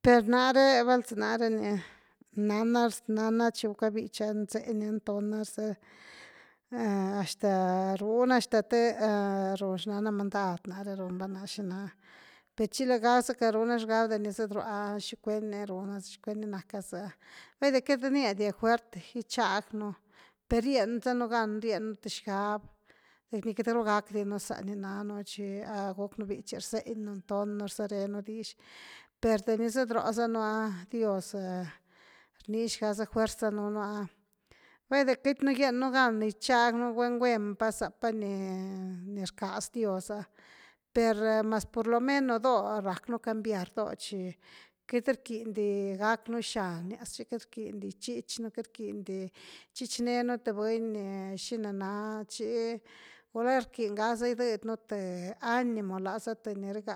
Per nare val za nare ni, nana, nanachi gucka bichy ha, nseña, ntona zë, hasta runa hasta të run xnanamandan nare run va na xina ‘aper chi nagazacka runa xgab de ni zatrua’a hicuen ni runazëchicuen ni nacka zë’a vaide queity za rniadia fuert gichagnu, per rienzanu gan rienu th xgabde que queity ru gack dinu zani nanuchi gucknu bichy, rseñnu, ntonnu, rzarenu dix per de ni zathrozanu’a dios rnix casa fuerz danunu ha, baide queitynu gieñnu gan de nigichagnu guen guenpa zapa ni rcas dios va per mas por lomenos dóh rqacknu cambiar do chi queity rquiñ di gacknuxanias, chi queity rquiñ di gichich nú queity rquiñ di gichichnenu th buny ni xina na chi gula rquiñ gaza gigëdnu th animoláza th nirëga